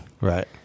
Right